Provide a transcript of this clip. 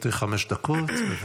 לרשותך חמש דקות, בבקשה.